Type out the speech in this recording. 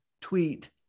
tweet